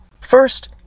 First